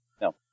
no